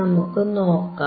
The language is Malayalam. നമുക്കു നോക്കാം